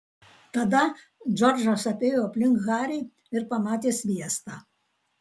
tada džordžas apėjo aplink harį ir pamatė sviestą